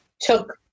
took